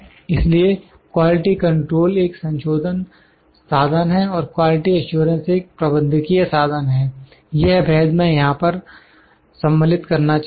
इसलिए quality control एक संशोधन साधन है और क्वालिटी एश्योरेंस एक प्रबंधकीय साधन है यह भेद मैं यहां पर सम्मिलित करना चाहूँगा